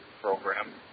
program